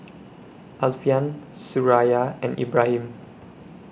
Alfian Suraya and Ibrahim